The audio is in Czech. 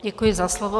Děkuji za slovo.